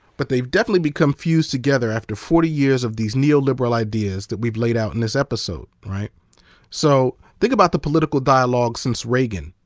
but they've definitely become fused together after forty years of these neoliberal ideas that we've laid out in this episode. so think about the political dialogue since reagan.